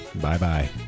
Bye-bye